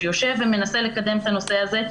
שיושב ומנסה לקדם את הנושא הזה,